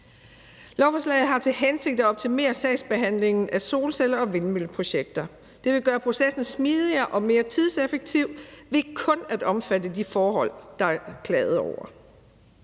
Lovforslaget har til hensigt at optimere sagsbehandlingen af solcelle- og vindmølleprojekter. Det vil gøre processen smidigere og mere tidseffektiv ved kun at omfatte de forhold, der er klaget over.